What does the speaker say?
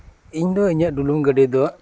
ᱡᱚᱛᱱᱚᱭᱟᱹᱧ ᱟᱹᱰᱤ ᱟᱴ ᱡᱮᱦᱮᱛᱩ ᱰᱩᱞᱩᱝ ᱜᱟᱹᱰᱤ ᱜᱤ ᱰᱷᱮᱨᱮᱧ ᱪᱟᱞᱟᱣᱟ